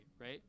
right